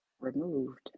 removed